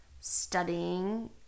studying